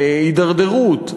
הידרדרות,